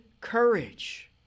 courage